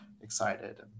excited